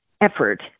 effort